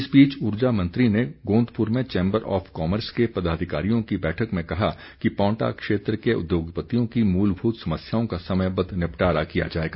इस बीच ऊर्जा मंत्री ने गोंदपुर में चैंबर ऑफ कॉमर्स के पदाधिकारियों से बैठक में कहा कि पांवटा क्षेत्र के उद्योगपतियों की मूलभूत समस्याओं का समयबद्ध निपटारा किया जाएगा